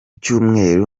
cyumweru